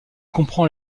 comprend